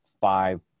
five